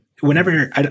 Whenever